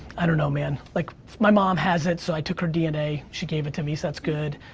i don't know, man, like my mom has it, so i took her dna. she gave it to me, so that's good.